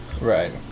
Right